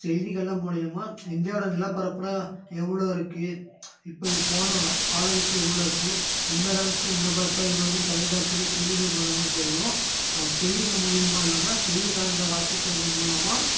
செய்திகள்லாம் மூலிமா இந்தியாவோடய நிலப்பரப்புலாம் எவ்வளோ இருக்குது இப்போ போன காலத்து எவ்வளோ இருக்குது இந்த காலத்து நிலப்பரப்புலாம் எவ்வளோ இருக்குதுன்னு தொலைக்காட்சியில் செய்திகள் மூலமாக தெரியும் அது செய்திகள் மூலிமா இல்லாமல் செய்தித்தாள்கள் வாசிப்பது மூலமாக